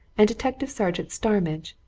and detective-sergeant starmidge,